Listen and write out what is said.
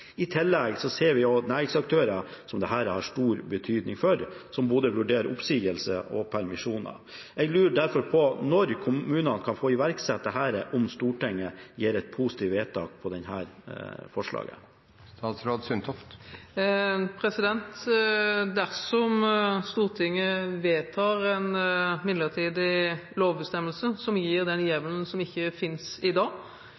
I tillegg ser vi næringsaktører som dette har stor betydning for, som vurderer både innsigelser og permisjoner. Jeg lurer derfor på når kommunene kan få iverksette dette om Stortinget gjør et positivt vedtak når det gjelder dette forslaget. Dersom Stortinget vedtar en midlertidig lovbestemmelse som gir den hjemmelen som ikke finnes i dag,